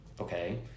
Okay